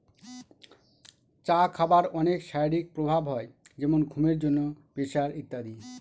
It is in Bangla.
চা খাবার অনেক শারীরিক প্রভাব হয় যেমন ঘুমের জন্য, প্রেসার ইত্যাদি